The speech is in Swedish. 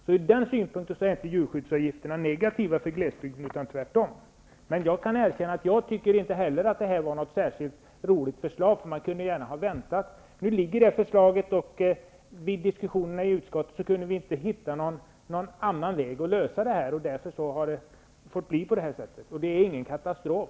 Från den synpunkten är inte djursjukvårdsavgifterna negativa för glesbygden, utan tvärtom. Jag kan erkänna att jag inte tycker att detta är något särskilt roligt förslag. Man kunde gärna ha väntat. Nu är förslaget framlagt, och vid diskussionerna i utskottet kunde vi inte hitta något annat sätt att lösa detta på. Därför har det fått bli på detta vis. Men det är ingen katastrof.